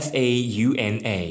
Fauna